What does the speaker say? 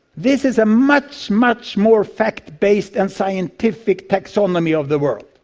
this is a much, much more fact-based and scientific taxonomy of the world.